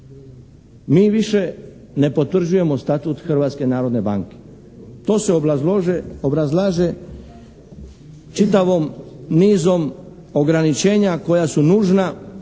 Mi više ne potvrđujemo statut Hrvatske narodne banke. To se obrazlaže čitavom nizom ograničenja koja su nužna